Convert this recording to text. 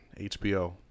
HBO